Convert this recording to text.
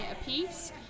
apiece